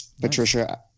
Patricia